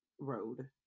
road